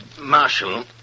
Marshal